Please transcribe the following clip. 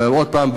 ועוד פעם,